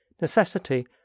Necessity